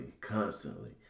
constantly